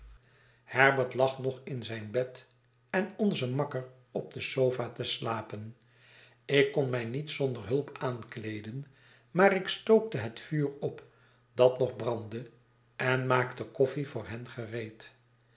herbert lag nog in zijn bed en onze makker op de sofa te slapen ik kon mij niet zonder hulp aankleeden maar ik stookte het vuur op dat nog brandde en maakte koffie voor hen gereed